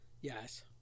Yes